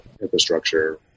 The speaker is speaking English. infrastructure